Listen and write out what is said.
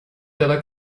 terá